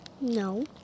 No